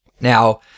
Now